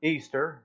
Easter